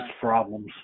problems